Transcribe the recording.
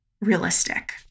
realistic